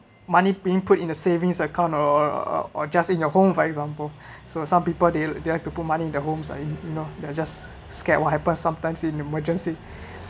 money being put in a savings account or or or just in your home for example so some people they they like to put money in their homes you know they're just scared what happen sometimes in emergency